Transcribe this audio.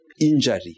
injury